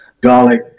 garlic